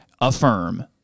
affirm